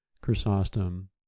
Chrysostom